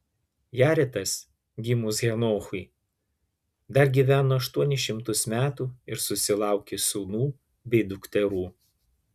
jaretas gimus henochui dar gyveno aštuonis šimtus metų ir susilaukė sūnų bei dukterų